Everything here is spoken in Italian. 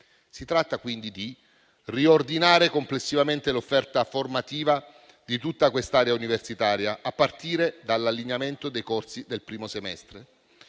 Si tratta, quindi, di riordinare complessivamente l'offerta formativa di tutta quest'area universitaria, a partire dall'allineamento dei corsi del primo semestre.